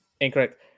Incorrect